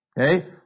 Okay